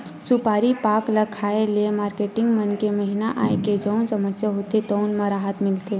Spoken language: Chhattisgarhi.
सुपारी पाक ल खाए ले मारकेटिंग मन के महिना आए के जउन समस्या होथे तउन म राहत मिलथे